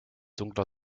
dunkler